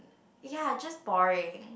ya just boring